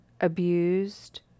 abused